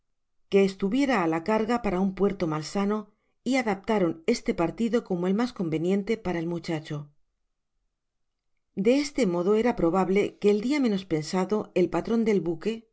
que estuviera á la carga para un puerto mal sano y adaptaron este partido como el mas conveniente para el muchacho de este modo era probable que el dia menos pensado el patron del buque